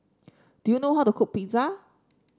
do you know how to cook Pizza